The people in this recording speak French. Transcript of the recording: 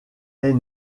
est